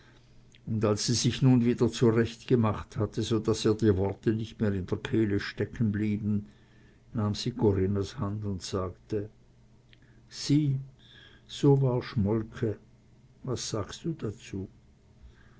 und als sie sich nun wieder zurechtgemacht hatte so daß ihr die worte nicht mehr in der kehle blieben nahm sie corinnas hand und sagte sieh so war schmolke was sagst du dazu